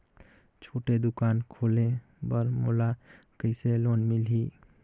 छोटे दुकान खोले बर मोला कइसे लोन मिलही?